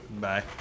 bye